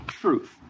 truth